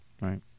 Right